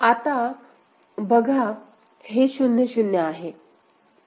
आता बघा हे 0 0 आहे